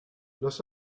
los